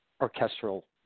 orchestral